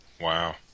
Wow